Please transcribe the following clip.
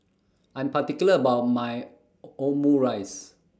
I Am particular about My Omurice